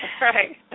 Right